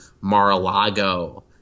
Mar-a-Lago